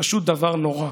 פשוט דבר נורא.